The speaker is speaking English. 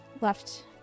left